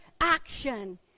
action